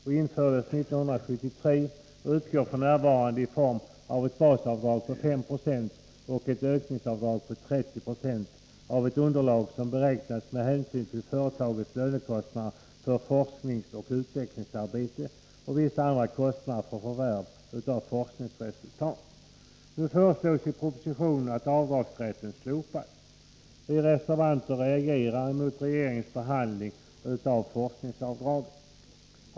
Det infördes 1973 och utgår f. n. i form av ett basavdrag på 5 20 och ett ökningsavdrag på 30 90 av ett underlag som beräknas med hänsyn till företagets lönekostnader för forskningsoch utvecklingsarbeten och vissa andra kostnader för förvärv av forskningsresultat. Nu föreslås i propositionen att avdragsrätten skall slopas. Vi reservanter reagerar mot regeringens behandling av forskningsavdraget.